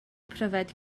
pryfed